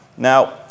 Now